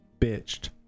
bitched